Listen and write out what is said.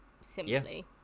simply